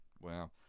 wow